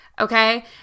Okay